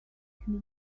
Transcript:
can